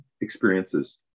experiences